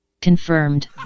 Confirmed